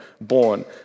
born